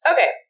Okay